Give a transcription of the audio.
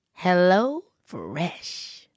HelloFresh